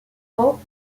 cros